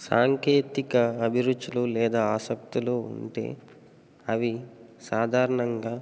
సాంకేతిక అభిరుచులు లేదా ఆసక్తులు ఉంటే అవి సాధారణంగా